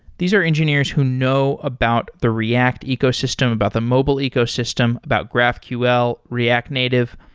these are engineers who know about the react ecosystem, about the mobile ecosystem, about graphql, react native.